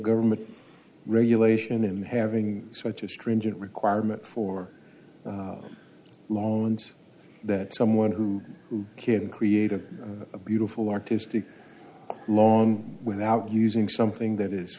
government regulation in having such a stringent requirement for loans that someone who can create a beautiful artistic long without using something that is